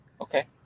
okay